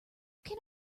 can